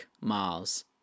mars